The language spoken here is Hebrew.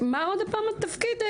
תזכירי לי שוב בבקשה את התפקיד?